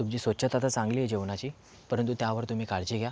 तुमची स्वच्छता तर चांगली आहे जेवणाची परंतु त्यावर तुम्ही काळजी घ्या